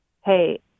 hey